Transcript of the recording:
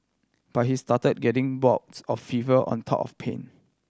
but he started getting bouts of fever on top of pain